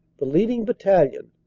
the leading battalion,